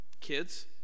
Kids